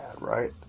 right